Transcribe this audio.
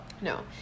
No